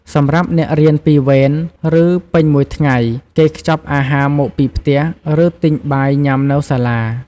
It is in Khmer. សម្រាប់អ្នករៀនពីរវេន ឬ ពេញមួយថ្ងៃ គេខ្ចប់អាហារមកពីផ្ទះ ឬ ទិញបាយញុាំនៅសាលា។